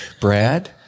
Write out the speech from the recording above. Brad